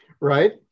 right